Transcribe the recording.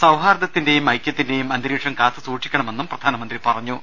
സൌഹാർദത്തിന്റെയും ഐക്യത്തിന്റെയും അന്ത രീക്ഷം കാത്ത് സൂക്ഷിക്കണമെന്നും പ്രധാനമന്ത്രി പറഞ്ഞു